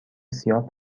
سیاه